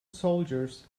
soldiers